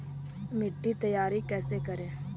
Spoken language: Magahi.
मिट्टी तैयारी कैसे करें?